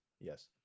yes